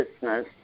business